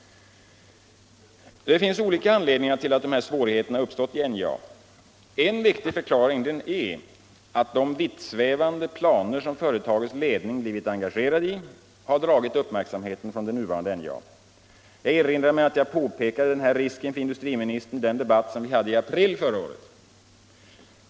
Det finns olika anledningar till att svårigheterna har uppstått inom NJA. En viktig förklaring är att de vittsvävande planer som företagets ledning blivit engagerad i har dragit uppmärksamheten från det nuvarande NJA. Jag erinrar mig att jag påpekade denna risk för industriministern i den debatt som vi hade i april förra året.